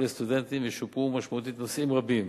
לסטודנטים ושופרו משמעותית נושאים רבים: